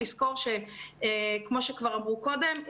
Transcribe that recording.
לזכור שכמו שכבר אמרו קודם,